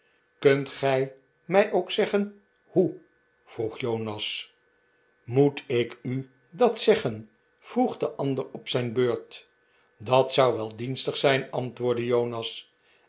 kunt gij mij ook zeggen hoe vroeg jonas moet ik u dat zeggen vroeg de ander op zijn beurt t dat zou wel dienstig zijn antwoordde jonas